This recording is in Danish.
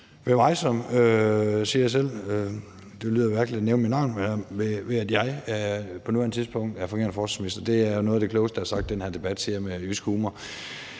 er meget tryg ved – det lyder mærkeligt at nævne mit navn – at jeg på nuværende tidspunkt er fungerende forsvarsminister. Det er noget af det klogeste, der er sagt i den her debat, siger jeg med jysk humor.